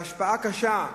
והשפעה קשה,